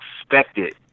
expected